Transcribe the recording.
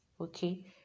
Okay